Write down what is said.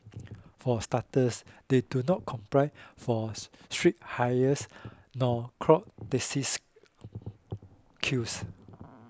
for starters they do not force street hires nor clog taxi's queues